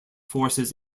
forces